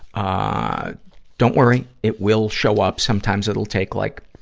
ah don't worry it will show up. sometimes it'll take, like,